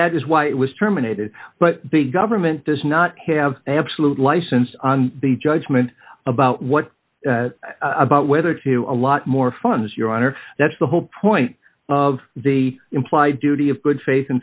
that is why it was terminated but the government does not have absolute license the judgment about what about whether to a lot more funds your honor that's the whole point of the implied duty of good